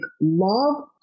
love